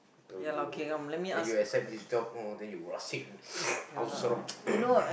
oh you then you accept this twelve then you rushing